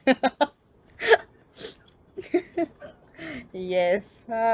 yes uh